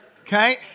Okay